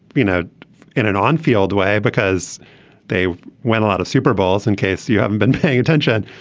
you know in an on field way because they went a lot of super bowls in case you haven't been paying attention.